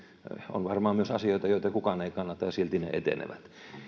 on varmaan myös asioita joita kukaan ei kannata ja silti ne etenevät